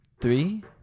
Three